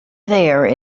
there